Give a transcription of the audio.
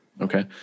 Okay